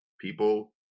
people